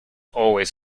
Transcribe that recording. always